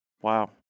Wow